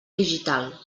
digital